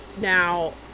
now